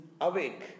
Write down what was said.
awake